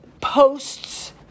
posts